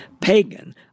pagan